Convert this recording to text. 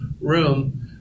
room